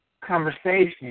conversation